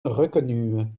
reconnues